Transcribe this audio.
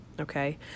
okay